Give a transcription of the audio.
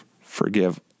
Forgive